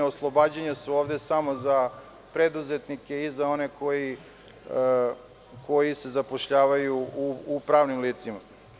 Oslobađanja su ovde samo za preduzetnike i za one koji se zapošljavaju u pravnim licima.